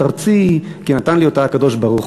זאת ארצי כי נתן לי אותה הקדוש-ברוך-הוא.